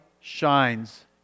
shines